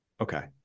Okay